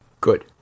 Good